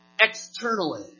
Externally